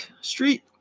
Street